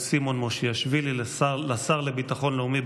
סימון מושיאשוילי לשר לביטחון לאומי,